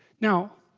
now